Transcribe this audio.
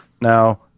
Now